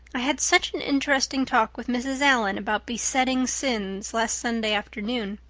i had such an interesting talk with mrs. allan about besetting sins last sunday afternoon.